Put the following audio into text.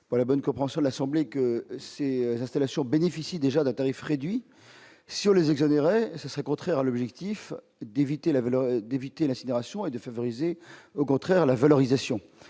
pour la bonne compréhension de l'Assemblée, que c'est l'installation bénéficie déjà d'un tarif réduit sur les exonérer ce serait contraire à l'objectif d'éviter la valeur d'éviter la sidération et de favoriser au contraire la valorisation,